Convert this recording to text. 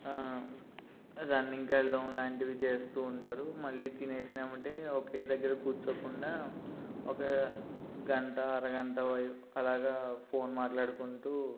running కెళ్ళడం లాంటివి చేస్తూ ఉంటారు మళ్ళీ తినేసినామంటే ఒకే దగ్గర కూర్చోకుండా ఒక గంట అరగంట అలాగ ఫోన్ మాట్లాడుకుంటూ